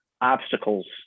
obstacles